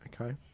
okay